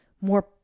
more